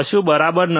તેથી input voltage 0